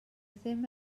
ddim